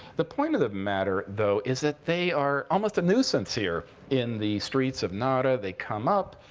the point of the matter, though, is that they are almost a nuisance here in the streets of nara. they come up,